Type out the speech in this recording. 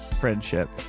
friendship